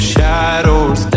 Shadows